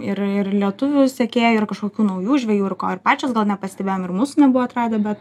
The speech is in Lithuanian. ir ir lietuvių sekėjų ir kažkokių naujų žvejų ir ko ir pačios gal nepastebėjom ir mūsų nebuvo atradę bet